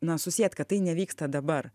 na susiet kad tai nevyksta dabar